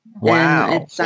Wow